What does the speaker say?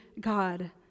God